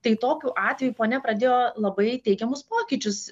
tai tokiu atveju ponia pradėjo labai teigiamus pokyčius